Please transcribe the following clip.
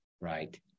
Right